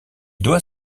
doit